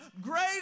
great